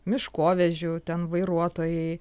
miškovežių ten vairuotojai